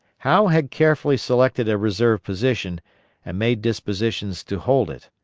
howe had carefully selected a reserve position and made dispositions to hold it.